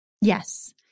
Yes